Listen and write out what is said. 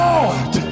Lord